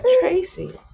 Tracy